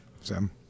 Sam